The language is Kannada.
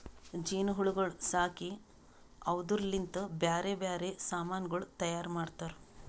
ಜೇನು ಹುಳಗೊಳ್ ಸಾಕಿ ಅವುದುರ್ ಲಿಂತ್ ಬ್ಯಾರೆ ಬ್ಯಾರೆ ಸಮಾನಗೊಳ್ ತೈಯಾರ್ ಮಾಡ್ತಾರ